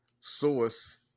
source